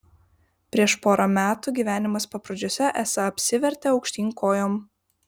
prieš porą metų gyvenimas paprūdžiuose esą apsivertė aukštyn kojom